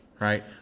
Right